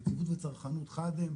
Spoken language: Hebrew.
יציבות וצרכנות חד הם,